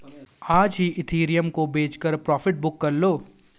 आज ही इथिरियम को बेचकर प्रॉफिट बुक कर लो